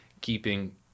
keeping